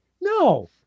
No